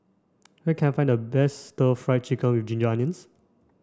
where can I find the best stir fried chicken with ginger onions